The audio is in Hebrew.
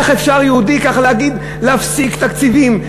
איך אפשר ליהודי ככה להגיד להפסיק תקציבים?